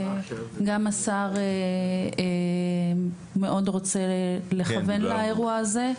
גם השר מאוד רוצה לכוון לאירוע הזה.